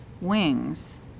wings